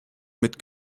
mit